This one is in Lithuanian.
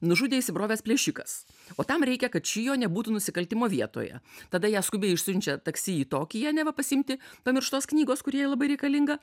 nužudė įsibrovęs plėšikas o tam reikia kad čijo nebūtų nusikaltimo vietoje tada ją skubiai išsiunčia taksi į tokiją neva pasiimti pamirštos knygos kuri jai labai reikalinga